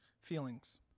feelings